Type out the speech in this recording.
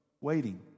waiting